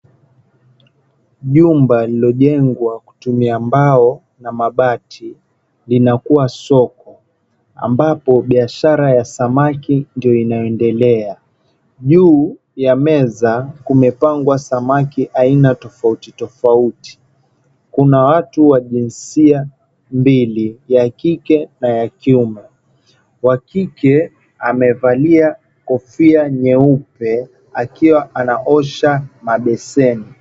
Jumba lilojengwa kutumia mbao na mabati linakuwa soko, ambapo biashara ya samaki ndio inaendelea. Juu ya meza kumepangwa samaki aina tofauti tofauti kuna watu wa jinsia mbili, ya kike na ya kiume. Wakike amevalia kofia nyeupe akiwaanaoha mabeseni.